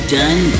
done